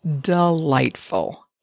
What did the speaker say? delightful